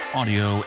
audio